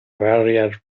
warrior